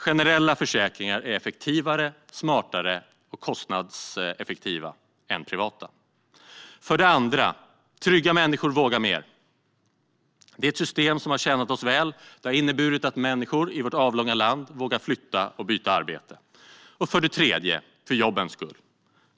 Generella försäkringar är effektivare, smartare och mer kostnadseffektiva än privata. Trygga människor vågar mer. Det är ett system som har tjänat oss väl. Det har inneburit att människor i vårt avlånga land vågar flytta och byta arbete. Det är bättre för jobbens skull.